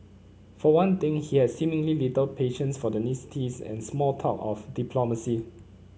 for one thing he had seemingly little patience for the and small talk of diplomacy